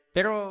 Pero